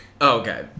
Okay